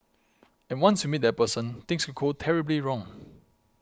and once you meet that person things could go terribly wrong